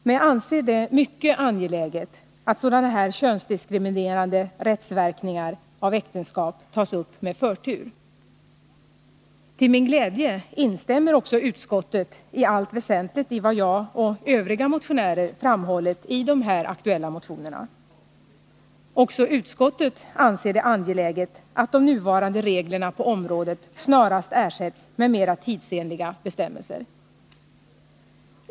Men jag anser det mycket angeläget att sådana här könsdiskriminerande rättsverkningar av äktenskap tas upp med förtur. Till min glädje instämmer också utskottet i allt väsentligt i vad jag och övriga motionärer framhållit i de här aktuella motionerna. Också utskottet anser det angeläget att de nuvarande reglerna på området snarast ersätts med mera tidsenliga bestämmelser.